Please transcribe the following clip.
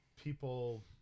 people